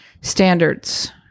standards